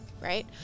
Right